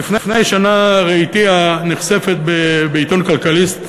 לפני שנה ראיתיה נחשפת בעיתון "כלכליסט"